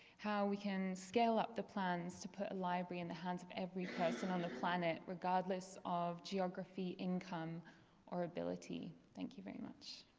how we can scale up the plans to put library in the hands of every person on the planet regardless of geography, income or ability. thank you very much.